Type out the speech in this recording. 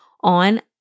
on